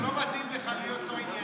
שוסטר, לא מתאים לך להיות לא ענייני.